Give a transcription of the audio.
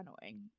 annoying